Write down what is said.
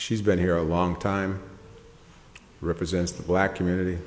she's been here a long time represents the black community